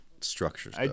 structures